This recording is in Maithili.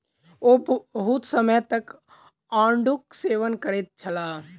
ओ बहुत समय तक आड़ूक सेवन करैत छलाह